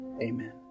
Amen